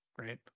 right